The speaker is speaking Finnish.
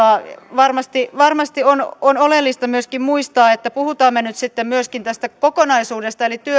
varmasti varmasti on on oleellista myöskin muistaa jos puhutaan nyt sitten myöskin tästä kokonaisuudesta eli